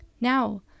Now